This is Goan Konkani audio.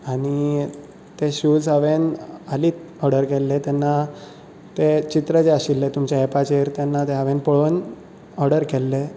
आनी ते शूज हांवें आनीक ऑर्डर केल्ले तेन्ना तें चित्र जें आशिल्लें तुमच्या एपाचेर तेन्ना तें हांवें पळोवन ऑर्डर केल्लें